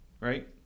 right